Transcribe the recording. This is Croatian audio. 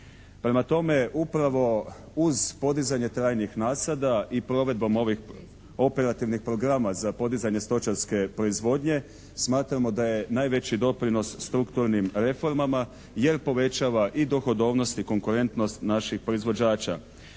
Prema tome, upravo uz podizanje trajnih nasada i provedbom ovih operativnih programa za podizanje stočarske proizvodnje smatramo da je najveći doprinos strukturnim reformama jer povećava i dohodovnost i konkurentnost naših proizvođača.